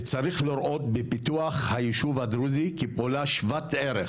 וצריך לראות בפיתוח היישוב הדרוזי כפעולה שוות ערך